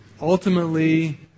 Ultimately